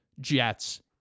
Jets